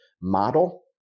model